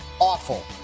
awful